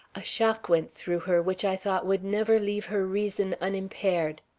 a shock went through her which i thought would never leave her reason unimpaired.